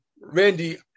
Randy